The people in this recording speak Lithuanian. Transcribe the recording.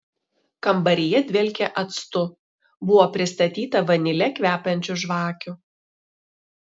kambaryje dvelkė actu buvo pristatyta vanile kvepiančių žvakių